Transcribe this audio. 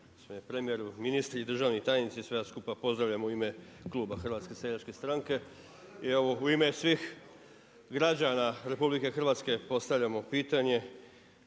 premijeru, ministri, državni tajnici, sve vas skupa pozdravljam u ime kluba HSS-a. I evo u ime svih građana Republike Hrvatske postavljamo pitanje